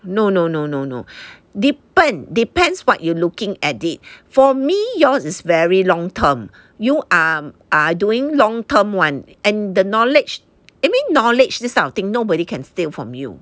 no no no no no depend depends what you're looking at it for me yours is very long term you are are doing long term [one] and the knowledge I mean knowledge this kind of thing nobody can steal from you